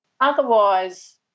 Otherwise